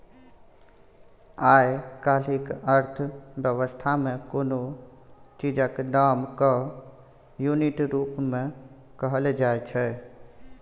आइ काल्हिक अर्थ बेबस्था मे कोनो चीजक दाम केँ युनिट रुप मे कहल जाइ छै